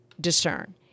discern